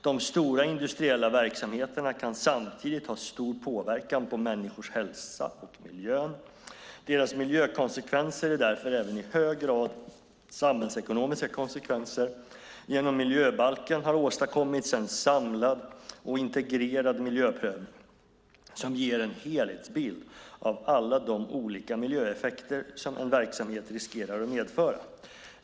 De stora industriella verksamheterna kan samtidigt ha stor påverkan på människors hälsa och på miljön. Deras miljökonsekvenser är därför även i hög grad samhällsekonomiska konsekvenser. Genom miljöbalken har åstadkommits en samlad och integrerad miljöprövning som ger en helhetsbild av alla de olika miljöeffekter som en verksamhet riskerar att medföra.